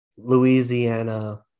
Louisiana